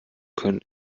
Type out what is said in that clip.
können